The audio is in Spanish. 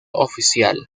oficial